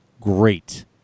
great